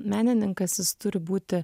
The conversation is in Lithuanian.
menininkas jis turi būti